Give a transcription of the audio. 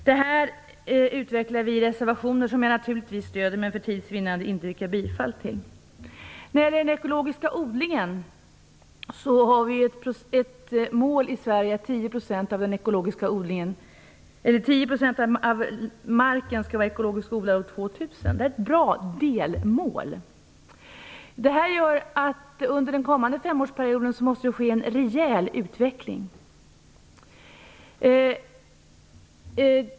Detta utvecklar vi i reservationer som jag naturligtvis stöder. För tids vinnande yrkar jag dock inte bifall till dem. När det gäller den ekologiska odlingen är målet i Sverige att 10 % av marken skall vara ekologiskt odlad år 2000. Det är ett bra delmål. Detta gör att det under den kommande femårsperioden måste ske en rejäl utveckling.